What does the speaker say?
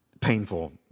painful